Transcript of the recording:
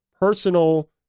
personal